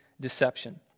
deception